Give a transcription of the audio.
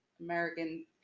American